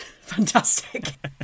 fantastic